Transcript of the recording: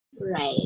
Right